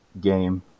game